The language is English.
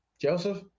Joseph